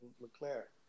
Leclerc